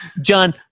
John